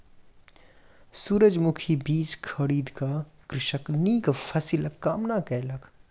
सूरजमुखी बीज खरीद क कृषक नीक फसिलक कामना कयलक